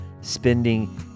Spending